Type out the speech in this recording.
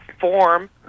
form